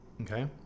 Okay